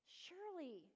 surely